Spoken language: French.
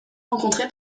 rencontrées